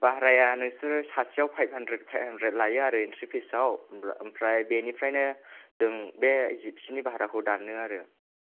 भाराया नोंसोरो सासेयाव फाइभ हानद्रेद फाइभ हानद्रेद लायो आरो इनथ्रि फिसाव ओमफ्राय बेनिफ्रायनो जों बे जिबसिनि भाराखौ दानो आरो